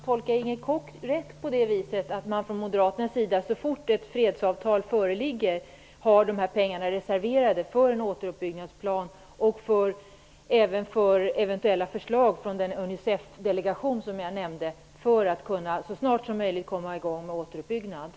Herr talman! Tolkar jag Inger Koch rätt när jag uppfattar hennes anförande så, att moderaterna har de här pengarna reserverade för att när ett fredsavtal föreligger så snart som möjligt ta dem i anspråk för att genomföra en återuppbyggnadsplan och även eventuella förslag från den Unicefdelegation som jag nämnde?